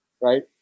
right